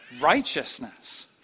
Righteousness